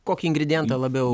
kokį ingredientą labiau